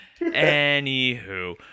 Anywho